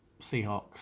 Seahawks